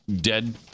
Dead